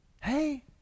Hey